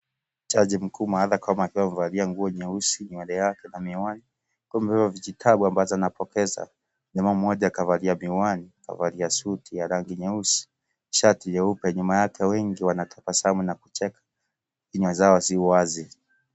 Jaji mkuu Martha Koome akiwa amevalia nguo nyeusi nywele yake na miwani akiwa amebeba vijitabu ambazo anapokeza , jamaa mmoja kavalia mihiwani kavalia suti ya rangi nyeusi shati nyeupe nyuma yake wengi wanatabasamu na kucheka vinywa zao si .